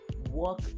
Work